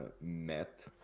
met